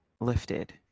lifted